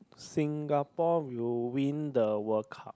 Singapore will won the World Cup